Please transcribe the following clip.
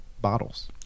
bottles